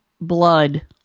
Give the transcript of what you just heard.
blood